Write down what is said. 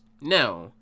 Now